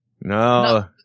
No